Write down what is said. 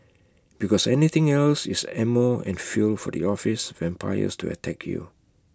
because anything else is ammo and fuel for the office vampires to attack you